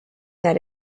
that